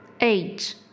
Eight